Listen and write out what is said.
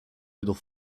little